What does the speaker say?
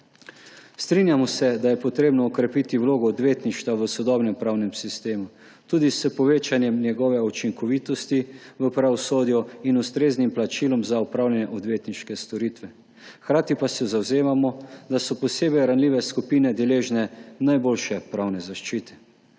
Strinjamo se, da je potrebno okrepiti vlogo odvetništva v sodobnem pravnem sistemu tudi s povečanjem njegove učinkovitosti v pravosodju in ustreznim plačilom za opravljene odvetniške storitve. Hkrati pa se zavzemamo, da so posebej ranljive skupine deležne najboljše pravne zaščite.